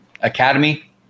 academy